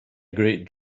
great